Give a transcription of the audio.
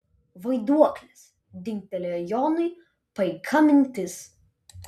vaiduoklis dingtelėjo jonui paika mintis